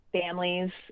families